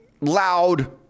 loud